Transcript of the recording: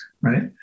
right